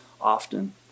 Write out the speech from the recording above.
often